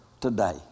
today